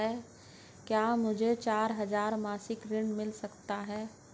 क्या मुझे चार हजार मासिक ऋण मिल सकता है?